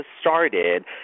started